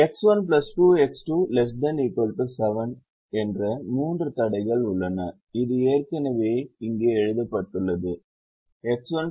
X1 2 X2 ≤ 7 என்ற மூன்று தடைகள் உள்ளன இது ஏற்கனவே இங்கே எழுதப்பட்டுள்ளது X1 2X2